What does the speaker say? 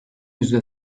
yüzde